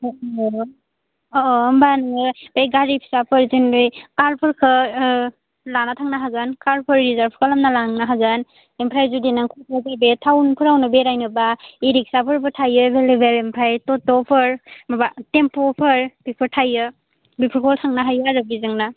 अ अ होम्बा नोङो बे गारि फिसाफोरजों कारफोरखौ लाना थांनो हागोन कारफोर रिजार्ब खालामना लांनो हागोन ओमफ्राय जुदि नों बे टाउनफोरावनो बेरायनोबा इ रिख्साफोरबो थायो एभेललेबेल ओमफ्राय थ'थ'फोर माबा टेम्फुफोर बेफोर थायो बेफोरखौ थांनो हायो आरो बेजोंनो